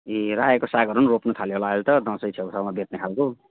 ए रायोको सागहरू पनि रोप्नु थाल्यो होला अहिले त दसैँ छेउछाउमा बेच्ने खालको